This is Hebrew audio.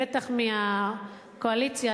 בטח מהקואליציה,